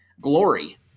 Glory